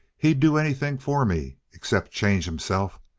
he'd do anything for me, except change himself.